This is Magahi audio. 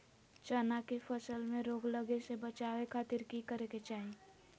चना की फसल में रोग लगे से बचावे खातिर की करे के चाही?